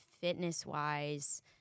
fitness-wise